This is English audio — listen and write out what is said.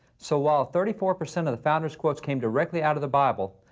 so while thirty four percent of the founders' quotes came directly out of the bible,